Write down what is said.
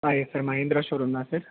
ஆ yes sir Mahindra showroom தான் sir